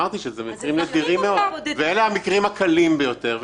אלה המקרים הקלים ביותר.